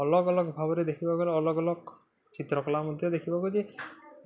ଅଲଗା ଅଲଗା ଭାବରେ ଦେଖିବାକୁ ଗଲେ ଅଲଗା ଅଲଗା ଚିତ୍ର କଳା ମଧ୍ୟ ଦେଖିବାକୁ ଯେ